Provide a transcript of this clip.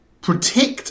protect